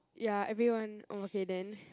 ya everyone oh okay then